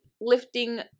lifting